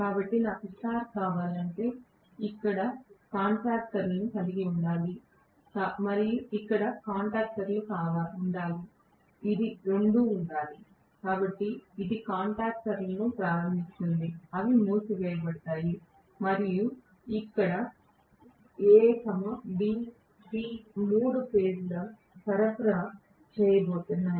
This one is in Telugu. కాబట్టి నాకు స్టార్ కావాలంటే నేను ఇక్కడ కాంటాక్టర్లను కలిగి ఉండాలి మరియు ఇక్కడ కాంటాక్టర్లు ఉండాలి ఇది రెండు ఉండాలి కాబట్టి ఇది కాంటాక్టర్లను ప్రారంభిస్తోంది అవి మూసివేయబడతాయి మరియు నేను ఇక్కడ A B C మూడు ఫేజ్ ల సరఫరా చేయబోతున్నాను